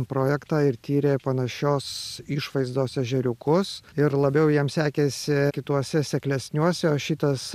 projektą ir tyrė panašios išvaizdos ežeriukus ir labiau jam sekėsi kituose seklesniuose o šitas